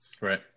Right